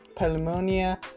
pneumonia